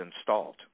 installed